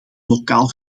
lokaal